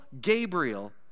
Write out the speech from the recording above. Gabriel